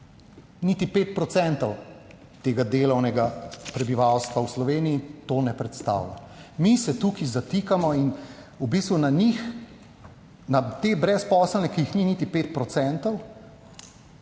Niti 5 % delovnega prebivalstva v Sloveniji to ne predstavlja. Mi se tukaj zatikamo in v bistvu njim, tem brezposelnim, ki jih ni niti 5 %,